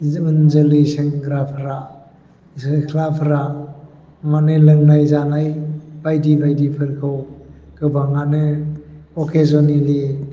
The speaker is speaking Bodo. उन जोलै सेंग्राफ्रा सिख्लाफ्रा माने लोंनाय जानाय बायदि बायदिफोरखौ गोबाङानो अकेजनेलि